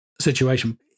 situation